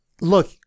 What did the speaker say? Look